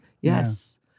Yes